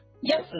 Yes